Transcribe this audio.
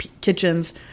kitchens